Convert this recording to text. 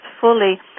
fully